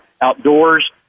outdoors